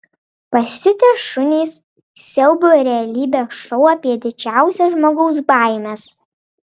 pasiutę šunys siaubo realybės šou apie didžiausias žmogaus baimes